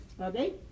okay